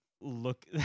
look